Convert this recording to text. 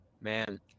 Man